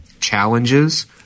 challenges